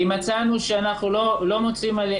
כי מצאנו שאנחנו לא מוצאים.